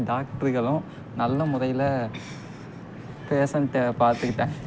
டாக்ட்ர்களும் நல்ல முறையில் பேஷண்ட்டை பார்த்துகிட்டா